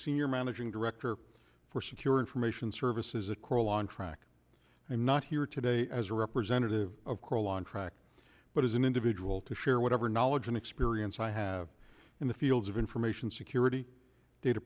senior managing director for secure information services a crawl on track i'm not here today as a representative of coraline track but as an individual to share whatever knowledge and experience i have in the fields of information security data